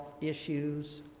issues